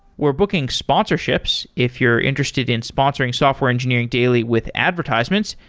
we're booking sponsorships. if you're interested in sponsoring software engineering daily with advertisements,